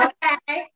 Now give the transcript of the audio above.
Okay